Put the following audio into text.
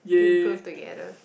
improve together